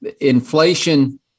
Inflation